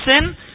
sin